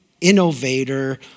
innovator